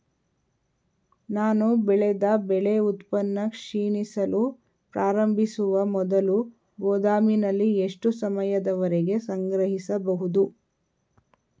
ನಾನು ಬೆಳೆದ ಬೆಳೆ ಉತ್ಪನ್ನ ಕ್ಷೀಣಿಸಲು ಪ್ರಾರಂಭಿಸುವ ಮೊದಲು ಗೋದಾಮಿನಲ್ಲಿ ಎಷ್ಟು ಸಮಯದವರೆಗೆ ಸಂಗ್ರಹಿಸಬಹುದು?